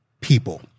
people